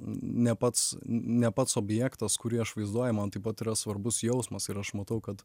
ne pats ne pats objektas kurį aš vaizduoju man taip pat yra svarbus jausmas ir aš matau kad